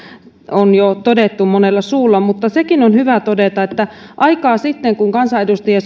on jo todettu monella suulla mutta sekin on hyvä todeta että aikaa sitten kun kansanedustajien